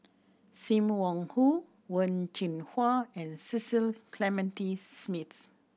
Sim Wong Hoo Wen Jinhua and Cecil Clementi Smith